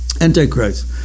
Antichrist